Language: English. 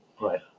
right